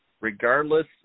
regardless